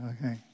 okay